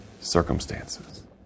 circumstances